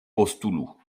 postulu